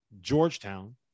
Georgetown